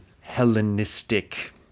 Hellenistic